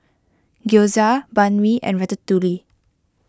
Gyoza Banh Mi and Ratatouille